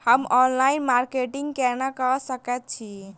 हम online marketing केना कऽ सकैत छी?